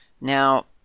Now